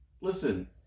listen